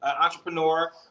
entrepreneur